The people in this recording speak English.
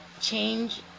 change